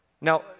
Now